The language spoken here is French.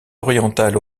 oriental